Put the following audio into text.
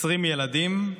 20 ילדים,